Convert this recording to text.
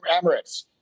Emirates